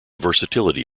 versatility